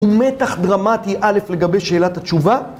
ומתח דרמטי, א', לגבי שאלת התשובה.